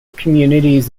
communities